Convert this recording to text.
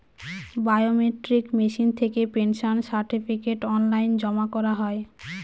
biometric machine থেকে pension certificate online জমা করা হয়